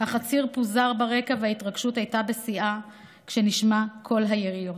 החציר פוזר ברקע וההתרגשות הייתה בשיאה כשנשמע קול היריות.